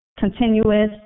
continuous